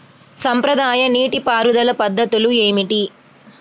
సాంప్రదాయ నీటి పారుదల పద్ధతులు ఏమిటి?